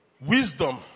wisdom